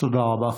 תודה רבה.